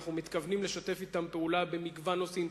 אנחנו מתכוונים לשתף אתם פעולה במגוון נושאים,